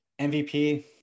mvp